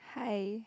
hi